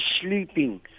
sleeping